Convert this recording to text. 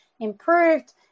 improved